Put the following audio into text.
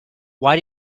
why